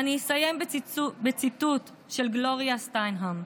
ואני אסיים בציטוט של גלוריה סטיינם: